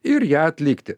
ir ją atlikti